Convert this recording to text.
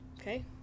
Okay